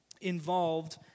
involved